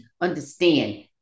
understand